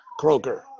Kroger